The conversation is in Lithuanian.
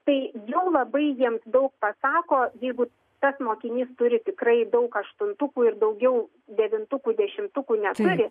tai jau labai jiems daug pasako jeigu tas mokinys turi tikrai daug aštuntukų ir daugiau devintukų dešimtukų neturi